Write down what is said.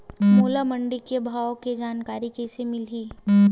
मोला मंडी के भाव के जानकारी कइसे मिलही?